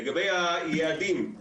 לגבי היעדים,